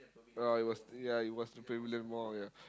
uh it was ya it was Pavilion-Mall ya